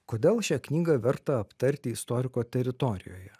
kodėl šią knygą verta aptarti istoriko teritorijoje